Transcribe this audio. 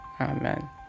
Amen